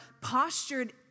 postured